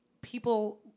people